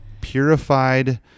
purified